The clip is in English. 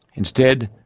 instead,